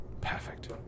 Perfect